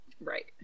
right